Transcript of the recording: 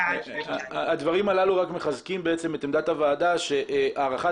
הדברים הללו רק מחזקים את עמדת הוועדה שהארכת